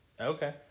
Okay